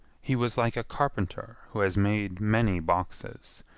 he was like a carpenter who has made many boxes,